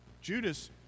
judas